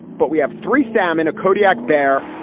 but we have three salmon, a kodiak bear,